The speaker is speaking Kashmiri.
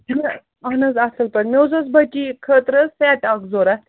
اَہن حظ اَصٕل پٲٹھۍ مےٚ حظ اوس بٔچی خٲطرٕ حظ سٮ۪ٹ اَکھ ضوٚرَتھ